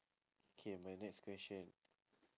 K my next question